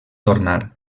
tornar